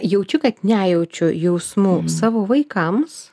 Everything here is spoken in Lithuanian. jaučiu kad nejaučiu jausmų savo vaikams